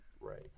Right